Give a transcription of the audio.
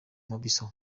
mobisol